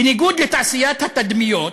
בניגוד לתעשיית התדמיות,